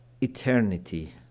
eternity